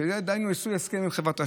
שיעשו הסכם עם חברת האשראי.